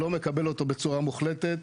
לא מקבל אותו בצורה מוחלטת,